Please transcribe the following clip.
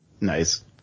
nice